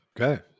Okay